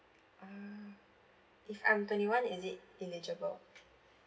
uh if I'm twenty one is it eligible